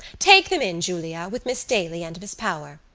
take them in, julia, with miss daly and miss power.